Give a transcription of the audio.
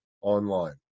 online